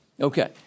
Okay